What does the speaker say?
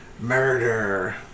murder